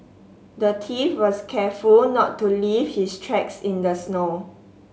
the thief was careful not to leave his tracks in the snow